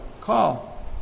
call